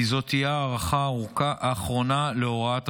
כי זו תהיה ההארכה האחרונה להוראת השעה,